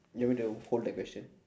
you want me to hold that question